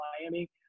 Miami